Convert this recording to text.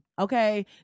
Okay